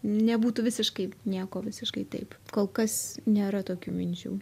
nebūtų visiškai nieko visiškai taip kol kas nėra tokių minčių